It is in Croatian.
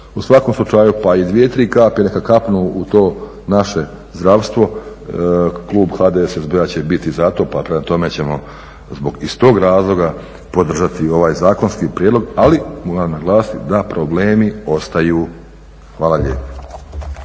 U svakom slučaju pa i dvije, tri kapi neka kapnu u to naše zdravstvo klub HDSSB-a će biti za to pa prema tome ćemo iz tog razloga podržati ovaj zakonski prijedlog, ali moram naglasiti da problemi ostaju. Hvala lijepo.